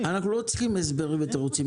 אנחנו לא צריכים הסברים ותירוצים.